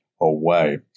away